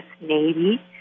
Navy